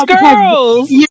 girls